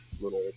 little